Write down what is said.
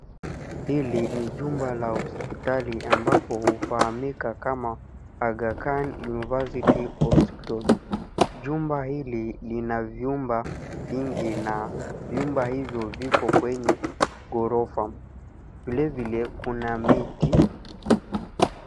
Hili ni jumba la hospitali ambapo hufahamika kama Aga Khan University Hospital. Jumba hili lina vyumba vingi, na vyumba hivyo viko kwenye ghorofa. Vilevile, kuna miti.